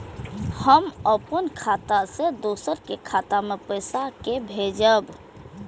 हम अपन खाता से दोसर के खाता मे पैसा के भेजब?